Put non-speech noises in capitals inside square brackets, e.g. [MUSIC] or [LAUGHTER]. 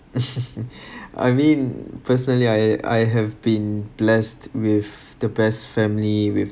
[LAUGHS] I mean personally I I have been blessed with the best family with